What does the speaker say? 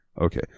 Okay